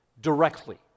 Directly